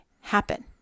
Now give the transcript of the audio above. happen